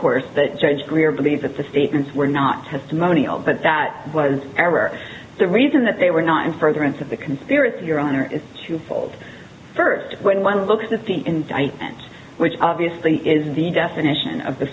course that judge greer believes that the statements were not testimonial but that was ever the reason that they were not in furtherance of the conspiracy your honor is twofold first when one looks at the indictment which obviously is the definition of the